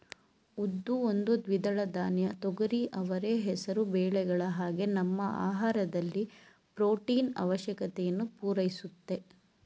ಉದ್ದು ಒಂದು ದ್ವಿದಳ ಧಾನ್ಯ ತೊಗರಿ ಅವರೆ ಹೆಸರು ಬೇಳೆಗಳ ಹಾಗೆ ನಮ್ಮ ಆಹಾರದಲ್ಲಿ ಪ್ರೊಟೀನು ಆವಶ್ಯಕತೆಯನ್ನು ಪೂರೈಸುತ್ತೆ